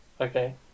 Okay